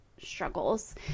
struggles